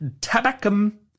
tabacum